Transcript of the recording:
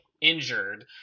injured